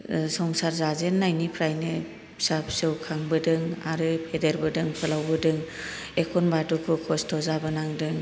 ओ संसार जाजेननायनिफ्रायनो फिसा फिसौ खांबोदों आरो फेदेरबोदों फोलावबोदों एखनबा दुखु खस्ट' जाबोनांदों